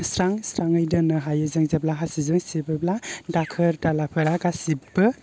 स्रां स्राङै दोननो हायो जों जेब्ला हासिबजों सिबोब्ला दाखोर दालाफोरा गासिबबो